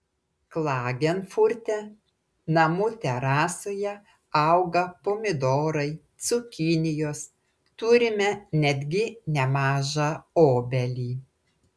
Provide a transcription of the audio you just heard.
klagenfurte namų terasoje auga pomidorai cukinijos turime netgi nemažą obelį